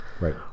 right